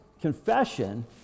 confession